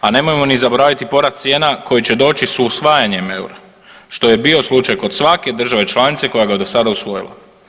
A nemojmo ni zaboraviti porast cijena koji će doći s usvajanjem EUR-a što je bio slučaj kod svake države članice koja ga je do sada usvojila.